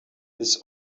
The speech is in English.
this